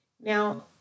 Now